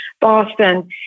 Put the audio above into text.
Boston